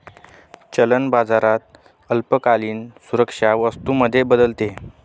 चलन बाजारात अल्पकालीन सुरक्षा वस्तू मध्ये बदलते